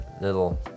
Little